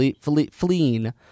fleeing